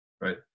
right